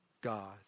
God